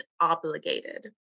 obligated